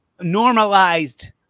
normalized